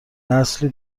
نسلی